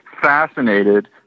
fascinated